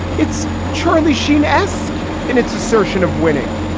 it's charlie sheen esque in its assertion of winning.